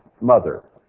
mother